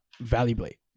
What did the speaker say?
valuably